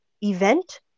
event